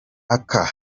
aka